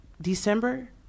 December